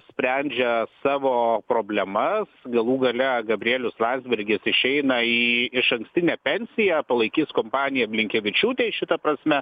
sprendžia savo problemas galų gale gabrielius landsbergis išeina į išankstinę pensiją palaikys kompaniją blinkevičiūtei šita prasme